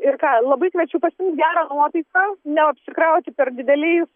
ir ką labai kviečiu pasiimt gerą nuotaiką neapsikrauti per dideliais